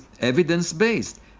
evidence-based